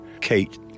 Kate